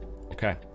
Okay